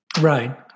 Right